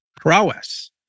prowess